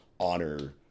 honor